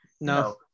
No